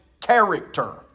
character